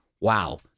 Wow